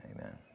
amen